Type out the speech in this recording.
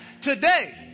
Today